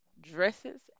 dresses